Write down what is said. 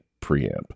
preamp